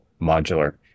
modular